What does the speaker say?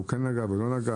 והוא כן נגע והוא לא נגע,